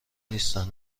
نیستند